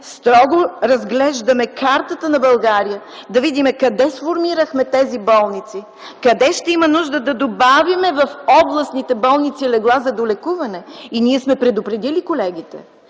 строго разглеждаме картата на България, за да видим къде сформирахме тези болници, къде ще има нужда да добавим в областните болници легла за долекуване и ние сме предупредили колегите,